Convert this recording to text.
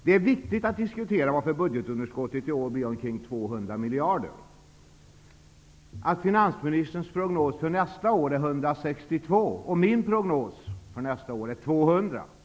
Det är viktigt att diskutera varför budgetunderskottet i år blir omkring 200 miljarder, att finansministerns prognos för nästa år är 162 miljarder. Min prognos för nästa år är 200 miljarder.